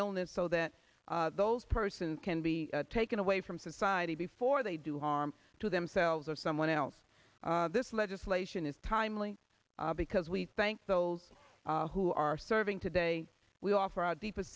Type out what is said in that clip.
illness so that those persons can be taken away from society before they do harm to themselves or someone else this legislation is timely because we thank those who are serving today we offer our deepest